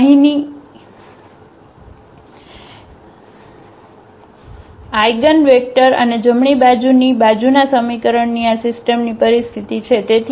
આ અહીંની ઇજેન્વેક્ટર અને જમણી બાજુની બાજુના સમીકરણની આ સિસ્ટમની પરિસ્થિતિ છે